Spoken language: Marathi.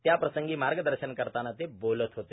त्याप्रसंगी मार्गदर्शन करताना ते बोलत होते